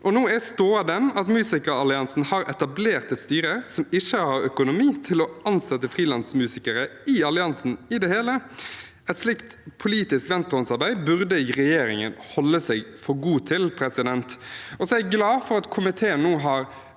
Nå er stoda den at Musikeralliansen har etablert et styre som ikke har økonomi til å ansette frilansmusikere i alliansen i det hele. Et slikt politisk venstrehåndsarbeid burde regjeringen holde seg for god til. Så er jeg glad for at komiteen nå har